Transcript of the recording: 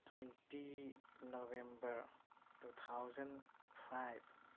twenty November two thousand five